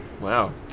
Wow